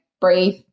breathe